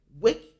Wake